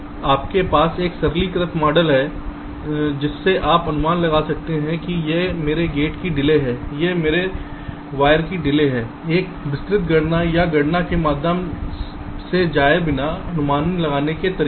आपके पास एक सरलीकृत मॉडल है जिससे आप अनुमान लगा सकते हैं कि यह मेरे गेट की डिले है यह मेरे तार में डिले है एक विस्तृत गणना या गणना के माध्यम से जाए बिना अनुमान लगाने के तरीके हैं